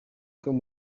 can